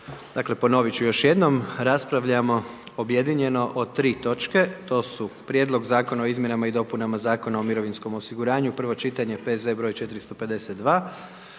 Dakle ponovit ću još jednom, raspravljamo objedinjeno o 3 točke, to su: - Prijedlog zakona o izmjenama i dopunama Zakona o mirovinskom osiguranju, prvo čitanje, P.Z. br. 452